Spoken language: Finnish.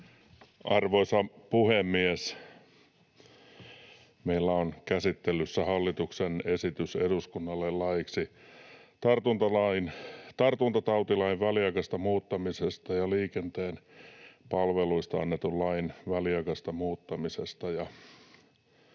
speech Section: 22 - Hallituksen esitys eduskunnalle laeiksi tartuntatautilain väliaikaisesta muuttamisesta ja liikenteen palveluista annetun lain väliaikaisesta muuttamisesta